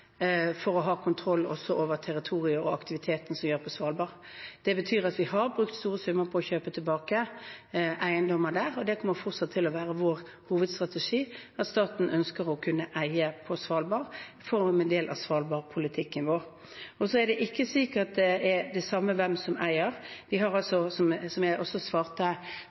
for å ha kontroll også over territoriet og aktiviteten som vi har på Svalbard. Det betyr at vi har brukt store summer på å kjøpe tilbake eiendommer der, og det kommer fortsatt til å være vår hovedstrategi at staten ønsker å kunne eie på Svalbard, som en del av Svalbard-politikken vår. Så er det ikke slik at det er det samme hvem som eier. Som jeg også svarte partilederen i Senterpartiet, har vi gjennomført en sikkerhetslov. Vi følger det